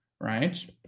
right